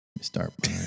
start